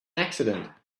accident